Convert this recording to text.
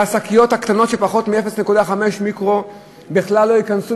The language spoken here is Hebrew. והשקיות הקטנות שפחות מ-0.5 מיקרו בכלל לא ייכנסו,